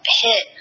hit